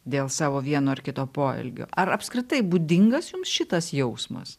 dėl savo vieno ar kito poelgio ar apskritai būdingas jums šitas jausmas